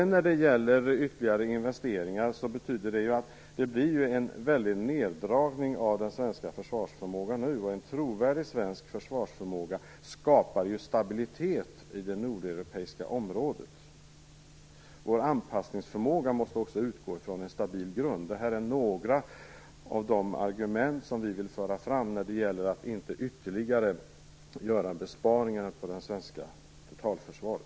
När det gäller ytterligare investeringar betyder det att det blir en stor neddragning av den svenska försvarsförmågan nu, och en trovärdig svensk försvarsförmåga skapar ju stabilitet i det nordeuropeiska området. Vår anpassningsförmåga måste också utgå från en stabil grund. Detta är några av de argument som vi vill föra fram när det gäller att inte ytterligare göra besparingar på det svenska totalförsvaret.